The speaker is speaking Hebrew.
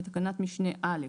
בתקנת משנה (א):